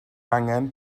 angan